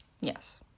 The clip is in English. Yes